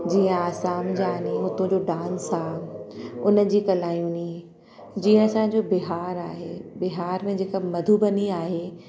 जीअं आसाम जा हीअं हुतो जो डांस आहे उन जी कलायूं नी जीअं असांजो बिहार आहे बिहार में जेका मधुबनी आहे